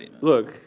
look